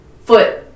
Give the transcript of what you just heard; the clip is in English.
foot